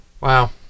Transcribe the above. wow